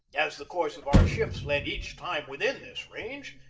as the course of our ships led each time within this range,